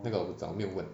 那个我不知道没有问